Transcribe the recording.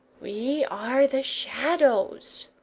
we are the shadows,